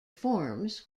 forms